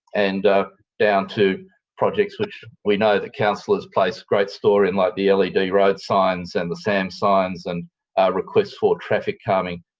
and down to projects which we know that councillors place great store in, like the led road signs and the sam signs and requests for traffic calming,